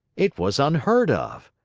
it was unheard of!